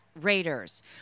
Raiders